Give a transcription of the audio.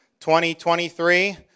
2023